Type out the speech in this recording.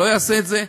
לא יעשה את זה,